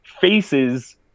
faces